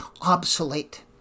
obsolete